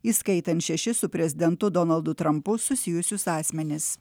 įskaitant šešis su prezidentu donaldu trampu susijusius asmenis